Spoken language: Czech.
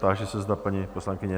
Táži se, zda paní poslankyně...?